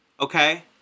Okay